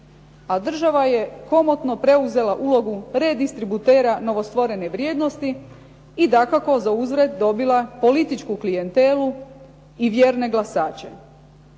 A država je komotno preuzela ulogu redistributera novostvorene vrijednosti i dakako za uzvrat dobila političku klijentelu i vjerne glasače,